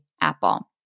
Apple